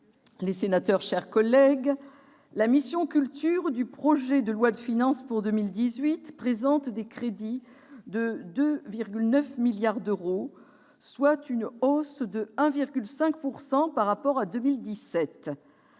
ministre, mes chers collègues, la mission « Culture » du projet de loi de finances pour 2018 présente des crédits de 2,9 milliards d'euros, soit une hausse de 1,5 % par rapport à 2017.